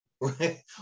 Right